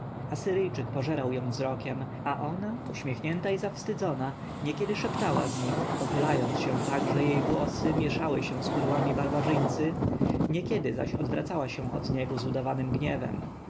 asyryjczyk pożerał ją wzrokiem a ona uśmiechnięta i zawstydzona niekiedy szeptała z nim pochylając się tak że jej włosy mieszały się z kudłami barbarzyńcy niekiedy zaś odwracała się od niego z udanym gniewem